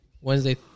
Wednesday